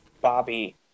bobby